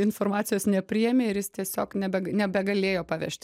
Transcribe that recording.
informacijos nepriėmė ir jis tiesiog nebeg nebegalėjo pavežti